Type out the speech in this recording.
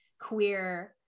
queer